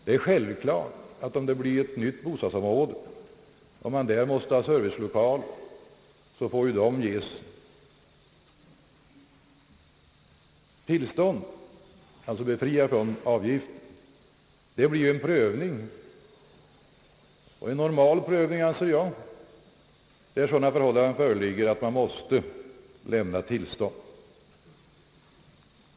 Det är självklart att om ett nytt bostads område byggs och man måste ha servicelokaler där så skall dessa byggen ha tillstånd och alltså bli befriade från avgiften. Enligt min mening måste det bli fråga om en normal prövning när sådana omständigheter föreligger att man måste lämna tillstånd.